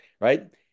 right